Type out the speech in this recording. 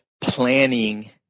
planning